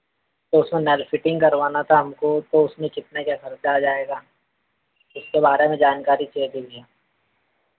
उसमें नल फिटिंग करवाना था हमको तो उसमें कितने का खर्चा आ जाएगा उसके बारे में जानकारी दे दीजिए